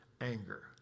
anger